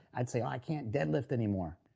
i'd say, oh, i can't deadlift anymore.